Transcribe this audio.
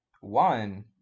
One